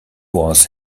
was